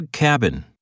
cabin